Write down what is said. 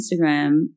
Instagram